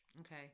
okay